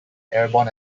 airborne